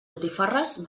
botifarres